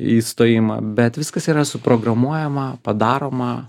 įstojimą bet viskas yra suprogramuojama padaroma